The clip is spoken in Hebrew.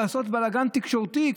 לעשות בלגן תקשורתי,